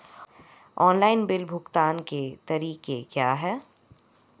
Online bill भुगतान के तरीके क्या हैं?